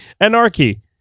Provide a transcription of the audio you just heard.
Anarchy